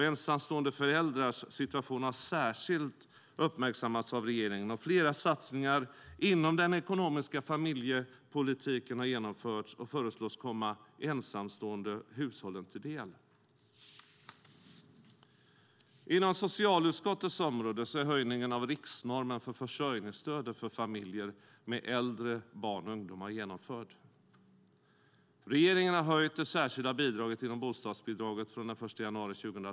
Ensamstående föräldrars situation har särskilt uppmärksammats av regeringen, och flera satsningar inom den ekonomiska familjepolitiken har genomförts och föreslås komma hushållen med ensamstående föräldrar till del. Inom socialutskottets område är höjningen av riksnormen för försörjningsstödet för familjer med äldre barn och ungdomar genomförd. Regeringen har höjt det särskilda bidraget inom bostadsbidraget från den 1 januari 2012.